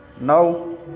Now